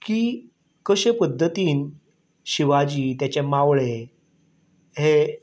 की कशे पद्दतीन शिवाजी ताचे मावळे हे